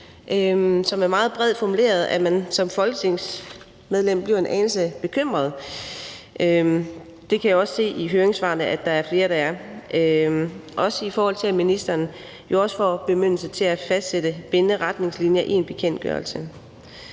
som er meget bredt formuleret, så man som folketingsmedlem bliver en anelse bekymret. Det kan jeg også se i høringssvarene at der er flere der er, også i forhold til at ministeren jo også får bemyndigelse til at fastsætte bindende retningslinjer i en bekendtgørelse.